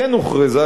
כן הוכרזה,